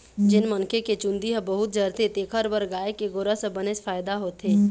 जेन मनखे के चूंदी ह बहुत झरथे तेखर बर गाय के गोरस ह बनेच फायदा होथे